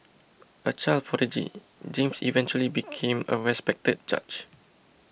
a child prodigy James eventually became a respected judge